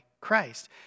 Christ